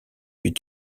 huit